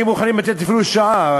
לי מוכנים לתת אפילו שעה,